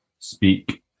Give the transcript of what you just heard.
speak